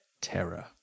terror